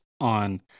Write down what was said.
on